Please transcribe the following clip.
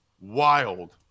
wild